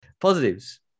Positives